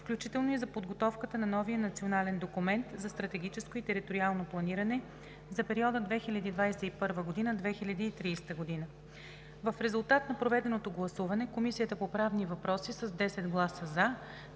включително и за подготовката на новия национален документ за стратегическо и териториално планиране за периода 2021 – 2030 г. В резултат на проведеното гласуване Комисията по правни въпроси с 10 гласа „за“,